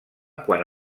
quan